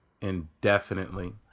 indefinitely